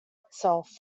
itself